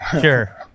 sure